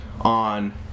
on